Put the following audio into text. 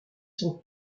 sont